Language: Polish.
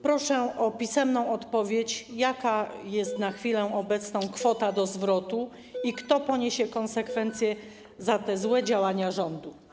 Proszę o pisemną odpowiedź, jaka jest na chwilę obecną kwota do zwrotu i kto poniesie konsekwencje tych złych działań rządu.